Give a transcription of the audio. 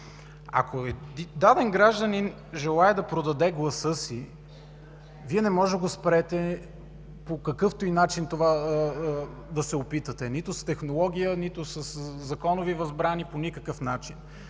Ако даден гражданин желае да продаде гласа си, Вие не можете да го спрете, по какъвто и начин да се опитате – нито с технология, нито със законови възбрани, по никакъв начин.